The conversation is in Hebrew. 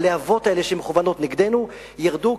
הלהבות האלה שמכוונות נגדנו ירדו,